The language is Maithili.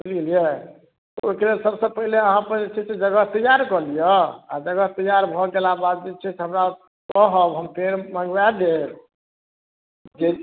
बुझि गेलियै तऽ ओहि कऽ लेल सभसँ पहिले अहाँ अपन जे छै से जगह तैआर कऽ लिअ आ तकर बाद तैआर भऽ गेला बाद जे छै से हमरा कहब हम पेड़ मँगबाय देब जे